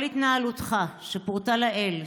"כל התנהלותך שפורטה לעיל,